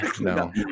no